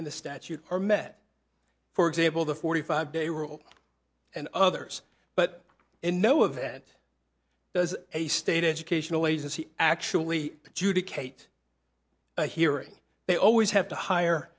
in the statute are met for example the forty five day rule and others but in no event does a state educational agency actually adjudicate a hearing they always have to hire